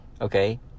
Okay